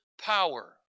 power